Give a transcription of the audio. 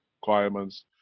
requirements